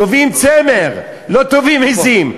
טווים צמר, לא טווים עזים.